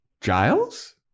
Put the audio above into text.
Giles